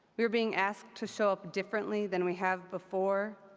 we are being asked to show up differently than we have before.